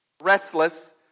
Restless